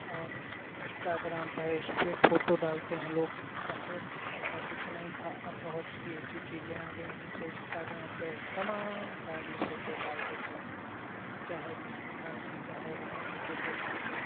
और इंस्टाग्राम पे है इसपे फ़ोटो डालते हैं लोग पहले तो ऐसा कुछ नहीं था अब बहुत सी ऐसी चीज़ें आ गई हैं जिससे इंस्टाग्राम पे तमाम सारी फ़ोटो डाल देते हैं चाहे जिस जहाँ की चाहो वहाँ की फ़ोटो डाल दो